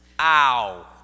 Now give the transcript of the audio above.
Ow